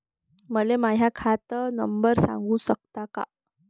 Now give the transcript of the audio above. मले माह्या खात नंबर सांगु सकता का?